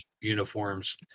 uniforms